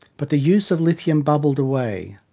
but the use of lithium bubbled away,